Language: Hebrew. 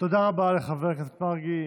תודה רבה לחבר הכנסת מרגי.